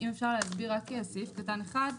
אם אפשר להסביר רק את סעיף קטן (1).